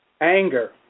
Anger